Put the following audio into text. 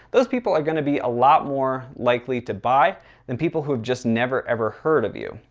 those people are going to be a lot more likely to buy than people who've just never ever heard of you.